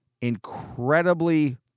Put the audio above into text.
incredibly